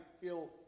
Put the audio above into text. feel